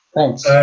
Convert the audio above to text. Thanks